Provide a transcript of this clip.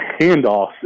handoffs